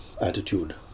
attitude